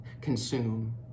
consume